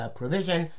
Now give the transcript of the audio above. provision